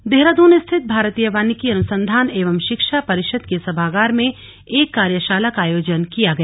कार्यशाला देहरादून स्थित भारतीय वानिकी अनुसंधान एवं शिक्षा परिषद के सभागार में एक कार्यशाला का आयोजन किया गया